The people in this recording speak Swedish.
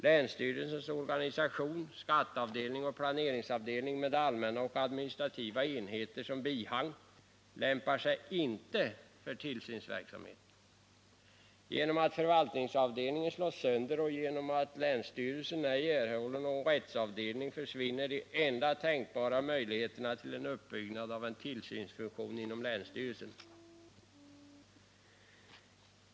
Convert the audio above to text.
Länsstyrelsens organisation — skatteavdelning och planeringsavdelning med de allmänna och administrativa enheterna som bihang — lämpar sig inte för tillsynsverksamhet. Genom att förvaltningsavdelningen slås sönder och länsstyrelsen ej erhåller någon rättsavdelning försvinner de enda tänkbara möjligheterna till en uppbyggnad av en tillsynsfunktion inom länsstyrelsen.